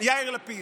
יאיר לפיד.